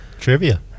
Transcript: Trivia